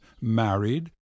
married